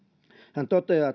hän toteaa